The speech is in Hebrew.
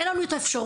אין לנו את האפשרות,